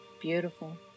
Beautiful